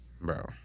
Bro